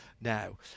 now